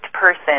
person